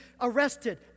arrested